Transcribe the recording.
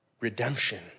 redemption